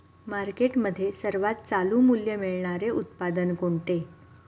मार्केटमध्ये सर्वात चालू मूल्य मिळणारे उत्पादन कोणते?